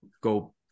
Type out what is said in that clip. go